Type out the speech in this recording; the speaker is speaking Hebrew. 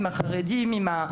חרדים ועוד.